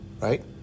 Right